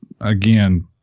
again